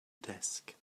desk